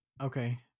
Okay